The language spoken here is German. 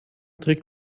trägt